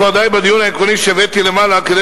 כבר די בדיון העקרוני שהבאתי למעלה כדי